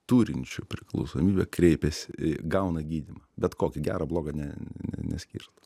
turinčių priklausomybę kreipiasi gauna gydymą bet kokį gerą blogą ne ne neskirstom